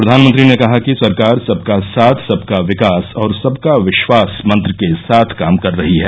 प्रधानमंत्री ने कहा कि सरकार सबका साथ सबका विकास और सबका विश्वास मंत्र के साथ काम कर रही है